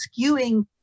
skewing